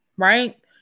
right